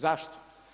Zašto?